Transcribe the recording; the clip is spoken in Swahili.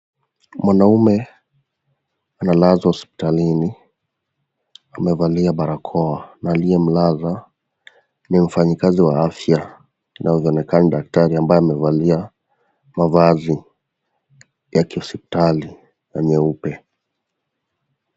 Mwanaume analazwa hospitalini amevalia barakoa, na aliyemlaza ni mfanyikazi wa afya ,anaonekana ni daktari ambaye amevalia mavazi ya ki hospitali na nyeupe.